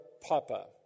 Papa